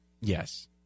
Yes